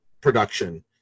production